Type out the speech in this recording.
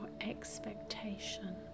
expectation